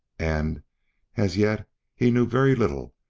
and as yet he knew very little,